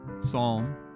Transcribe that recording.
Psalm